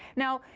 now,